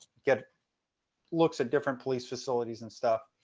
get looks at different police facilities and stuff.